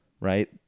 right